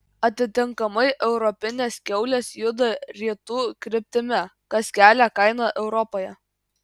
atitinkamai europinės kiaulės juda rytų kryptimi kas kelia kainą europoje